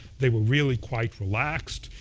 they were really quite relaxed.